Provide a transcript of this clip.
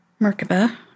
Merkaba